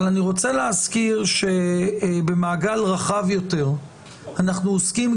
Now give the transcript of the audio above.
אני רוצה להזכיר שבמעגל רחב יותר אנחנו גם עוסקים